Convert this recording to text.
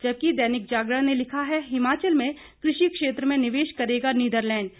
जबकि दैनिक जागरण ने लिखा है हिमाचल में कृषि क्षेत्र में निवेश करेगा नीदरलैंडस